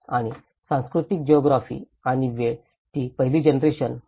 आणि सांस्कृतिक जिओग्राफिक आणि वेळ ती पहिली जनरेशन 1